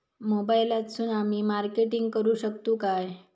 मोबाईलातसून आमी मार्केटिंग करूक शकतू काय?